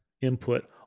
input